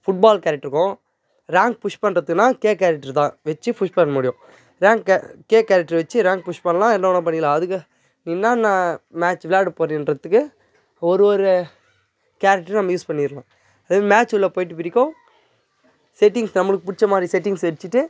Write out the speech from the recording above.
food பால் character இருக்கும் rank push பண்ணுறதுக்குன்னா K character தான் வெச்சு புஷ் பண்ண முடியும் ரேங்க்கு கே கேரெக்ட்ரு வெச்சு ரேங்க் புஷ் பண்ணலாம் என்ன வேணால் பண்ணிக்கலாம் அதுக்கு என்னென்னா மேட்ச் விளாடப் போகிறிங்கன்றதுக்கு ஒரு ஒரு கேரெக்ட்ரும் நம்ம யூஸ் பண்ணிடலாம் அது மேட்ச் உள்ளே போய்விட்டு பிடிக்கும் செட்டிங்ஸ் நம்மளுக்கு பிடிச்ச மாதிரி செட்டிங்ஸ்ஸு வச்சுட்டு